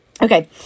Okay